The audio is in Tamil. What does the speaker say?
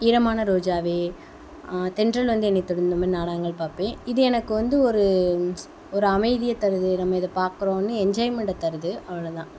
ஈரமான ரோஜாவே தென்றல் வந்து என்னைத் தொடும் இந்தமாதிரி நாடகங்கள் பார்ப்பேன் இது எனக்கு வந்து ஒரு ஒரு அமைதியை தருது நம்ம இதை பார்க்குறோன்னு என்ஜாய்மெண்டை தருது அவ்வளோதான்